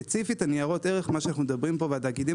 ספציפית ניירות הערך מה שאנו מדברים פה והתאגידים